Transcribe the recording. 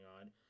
on